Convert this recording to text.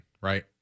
right